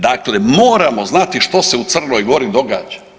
Dakle moramo znati što se u Crnoj Gori događa.